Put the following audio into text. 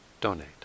donate